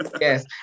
yes